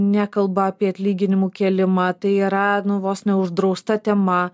nekalba apie atlyginimų kėlimą tai yra nu vos ne uždrausta tema